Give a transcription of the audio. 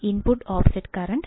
input offset current